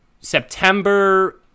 September